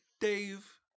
Dave